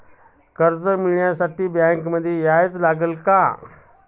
कर्ज मिळवण्यासाठी बँकेमध्ये यावेच लागेल का?